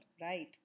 right